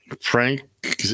Frank